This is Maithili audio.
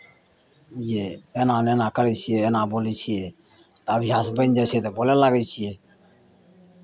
जे एना नहि एना करै छियै एना बोलै छियै तऽ अभ्यास बनि जाइ छै तऽ बोलय लागै छियै